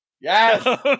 Yes